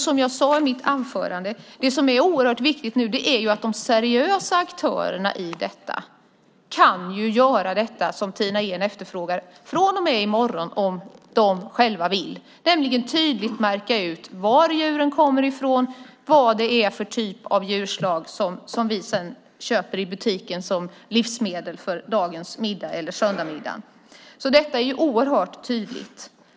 Som jag sade i mitt anförande är det viktigt att de seriösa aktörerna kan göra det som Tina Ehn efterfrågar från och med i morgon om de vill och tydligt märka ut var djuren kommer ifrån och vilken typ av djur vi köper i butiken som livsmedel till söndagsmiddag. Det är alldeles tydligt.